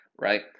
Right